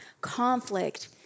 Conflict